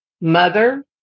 mother